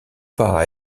pas